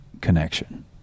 connection